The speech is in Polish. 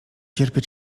cierpię